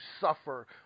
suffer